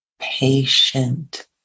patient